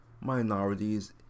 minorities